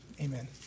Amen